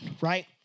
right